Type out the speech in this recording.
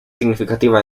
significativa